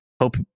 Hope